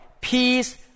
peace